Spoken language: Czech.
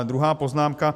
Druhá poznámka.